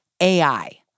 AI